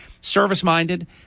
service-minded